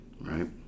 Right